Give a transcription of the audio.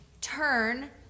turn